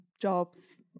jobs